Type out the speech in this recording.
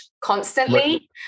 constantly